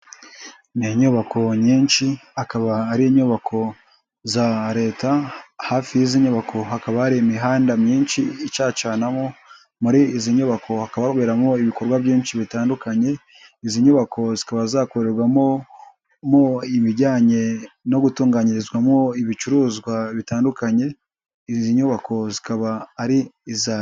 Ni inyubako nyinshi akaba ari inyubako za leta, hafi y'izi nyubako hakaba hari imihanda myinshi icacanamo, muri izi nyubako hakaba haberamo ibikorwa byinshi bitandukanye, izi nyubako zikaba zakorerwamo ibijyanye no gutunganyirizwamo ibicuruzwa bitandukanye, izi nyubako zikaba ari iza.